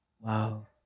Wow